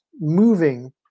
moving